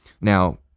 now